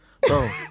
Bro